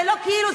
זה לא כאילו,